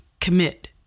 commit